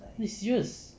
eh serious